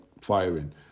firing